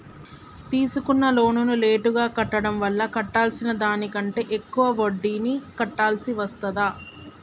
తీసుకున్న లోనును లేటుగా కట్టడం వల్ల కట్టాల్సిన దానికంటే ఎక్కువ వడ్డీని కట్టాల్సి వస్తదా?